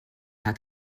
hat